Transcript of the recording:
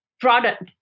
product